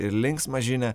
ir linksmą žinią